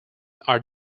are